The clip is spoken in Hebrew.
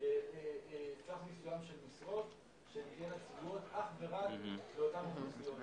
סף מסוים של משרות שתהיינה צבועות אך ורק לאותן אוכלוסיות.